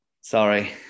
Sorry